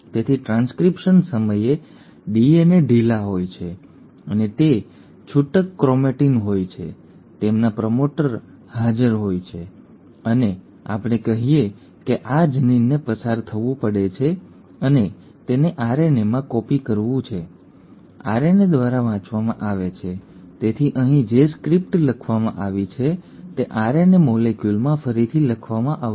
તેથી ટ્રાન્સક્રિપ્શન સમયે ડીએનએ ઢીલા હોય છે અને તે છૂટક ક્રોમેટિન હોય છે તેમના પ્રમોટર હાજર હોય છે અને આપણે કહીએ કે આ જનીનને પસાર થવું પડે છે અને તેને આરએનએમાં કોપી કરવું પડે છે આરએનએ દ્વારા વાંચવામાં આવે છે તેથી અહીં જે સ્ક્રિપ્ટ લખવામાં આવી છે તે આરએનએ મોલેક્યુલમાં ફરીથી લખવામાં આવશે